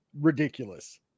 ridiculous